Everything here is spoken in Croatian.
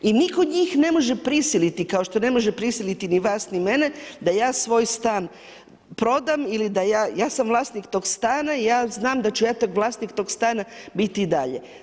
I nitko njih ne može prisiliti, kao što ne može prisiliti ni vas ni mene da ja svoj stan prodam ili da ja, ja sam vlasnik tog stana i ja znam da ću ja vlasnik tog stana biti i dalje.